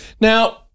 Now